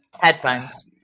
Headphones